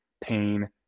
pain